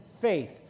faith